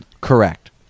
Correct